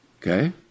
Okay